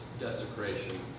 desecration